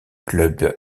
clubs